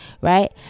Right